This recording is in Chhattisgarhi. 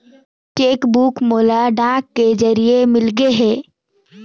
मोर चेक बुक मोला डाक के जरिए मिलगे हे